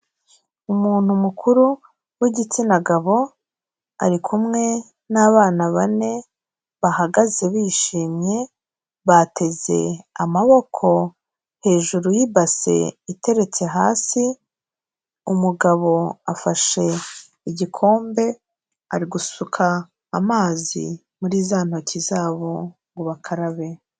Umuntu mukuru w'igitsina gabo, ari kumwe n'abana bane, bahagaze bishimye, bateze amaboko hejuru y'ibase iteretse hasi, umugabo afashe igikombe ari gusuka amazi muri za ntoki zabo ngo bakarabe.